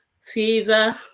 fever